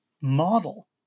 model